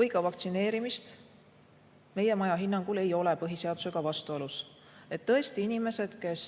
või vaktsineerimist, meie maja hinnangul ei ole põhiseadusega vastuolus. Tõesti, inimesed, kes